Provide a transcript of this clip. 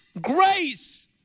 grace